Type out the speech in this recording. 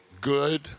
good